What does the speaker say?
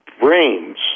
brains